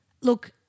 Look